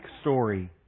story